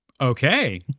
Okay